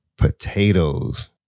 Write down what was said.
Potatoes